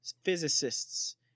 physicists